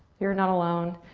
you're not alone.